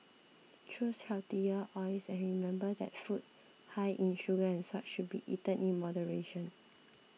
choose healthier oils and remember that food high in sugar and salt should be eaten in moderation